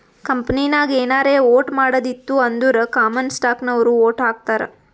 ಕಂಪನಿನಾಗ್ ಏನಾರೇ ವೋಟ್ ಮಾಡದ್ ಇತ್ತು ಅಂದುರ್ ಕಾಮನ್ ಸ್ಟಾಕ್ನವ್ರು ವೋಟ್ ಹಾಕ್ತರ್